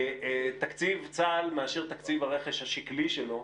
בתקציב צה"ל מאשר תקציב הרכש השקלי שלו,